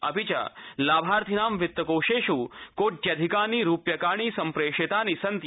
अपि च लाभार्थिना वित्ताकोशाह् कोट्यधिकानि रूप्यकाणि सम्प्रधिप्तानि सन्ति